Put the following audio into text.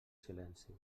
silenci